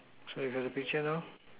so you got the picture now